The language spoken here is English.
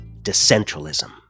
decentralism